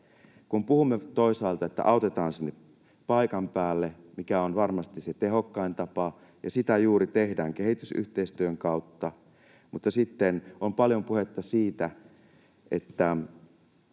Kun puhumme toisaalta, että autetaan siellä paikan päällä, mikä on varmasti se tehokkain tapa, ja sitä juuri tehdään kehitysyhteistyön kautta, niin sitten on paljon puhetta siitä, että